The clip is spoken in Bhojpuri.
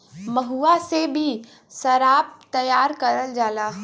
महुआ से भी सराब तैयार करल जाला